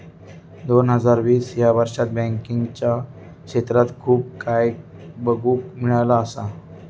दोन हजार वीस ह्या वर्षात बँकिंगच्या क्षेत्रात खूप काय बघुक मिळाला असा